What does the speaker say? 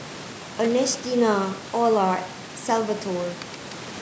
Ernestina Olar Salvatore